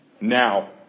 now